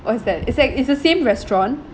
what's that it's like it's the same restaurant